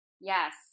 Yes